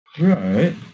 Right